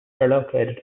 located